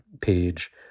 page